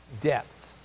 depths